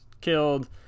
killed